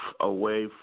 away